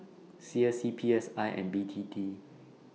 C S C P S I and B T T